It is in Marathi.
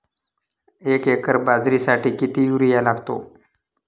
एक एकर बाजरीसाठी किती युरिया लागतो?